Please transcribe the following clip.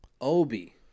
obi